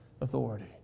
authority